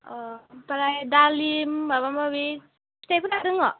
अ आमफ्राय दालिम माबा माबि फिथाइफोरा दङ